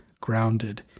grounded